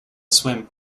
swim